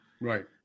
Right